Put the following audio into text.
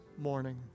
morning